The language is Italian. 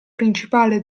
principale